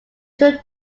took